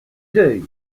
deuil